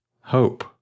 Hope